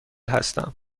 هستم